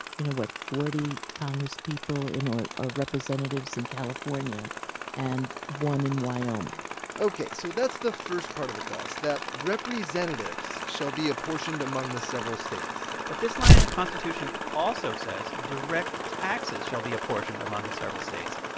you know what? forty congresspeople or ah representatives in california and one in wyoming ok, so that's the first part of the clause that representatives shall be apportioned among the several states but this line in the constitution also says direct taxes shall be apportioned among the several states.